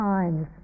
Times